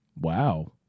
wow